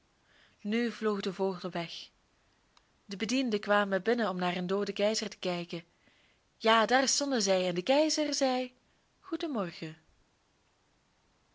nu vloog de vogel weg de bedienden kwamen binnen om naar hun dooden keizer te kijken ja daar stonden zij en de keizer zei